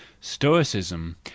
stoicism